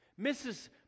Mrs